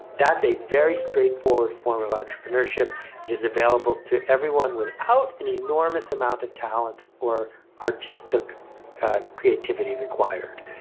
that's a very straightforward form of entrepreneurship it is available to everyone without an enormous amount of talent or artistic creativity required.